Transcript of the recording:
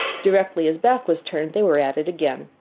directly his back was turned they were at it again.